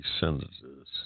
sentences